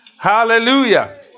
Hallelujah